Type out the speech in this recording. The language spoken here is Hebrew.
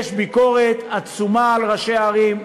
יש ביקורת עצומה על ראשי הערים,